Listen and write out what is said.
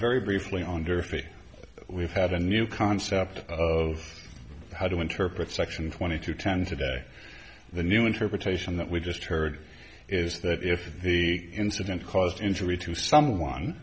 very briefly on durfy we've had a new concept of how to interpret section twenty two ten today the new interpretation that we just heard is that if the incident caused injury to someone